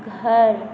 घर